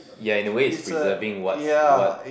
ya in a way it's preserving what's what